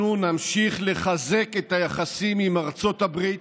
אנחנו נמשיך לחזק את היחסים עם ארצות הברית,